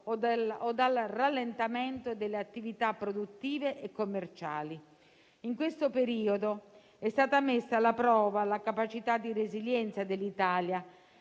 o dal rallentamento delle attività produttive e commerciali. In questo periodo è stata messa alla prova la capacità di resilienza dell'Italia,